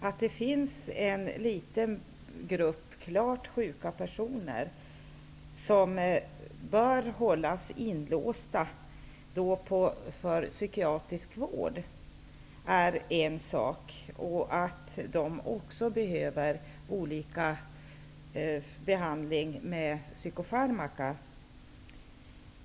Att det finns en liten grupp klart sjuka personer som bör hållas inlåsta för psykiatrisk vård är en sak. De behöver också olika behandlingar med psykofarmaka.